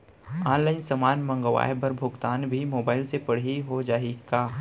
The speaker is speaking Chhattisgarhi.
ऑनलाइन समान मंगवाय बर भुगतान भी मोबाइल से पड़ही हो जाही का?